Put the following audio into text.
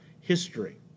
history